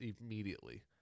immediately